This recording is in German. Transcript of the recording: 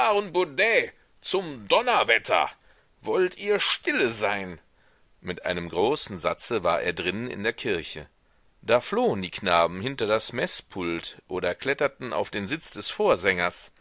zum donnerwetter wollt ihr stille sein mit einem großen satze war er drinnen in der kirche da flohen die knaben hinter das meßpult oder kletterten auf den sitz des vorsängers